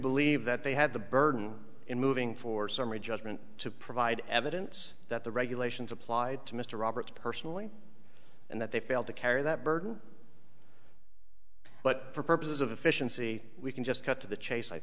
believe that they have the burden in moving for summary judgment to provide evidence that the regulations applied to mr roberts personally and that they failed to carry that burden but for purposes of efficiency we can just cut to the chase i